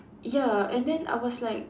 ya and then I was like